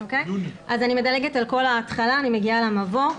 אני מדלגת על כל ההתחלה, אני מגיעה למבוא.